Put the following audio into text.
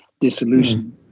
dissolution